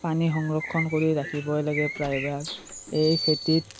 পানী সংৰক্ষণ কৰি ৰাখিবই লাগে প্ৰায়ভাগ এই খেতিত